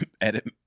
edit